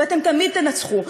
ואתם תמיד תנצחו.